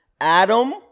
Adam